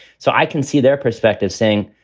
so i can see their perspective saying,